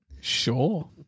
Sure